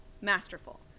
masterful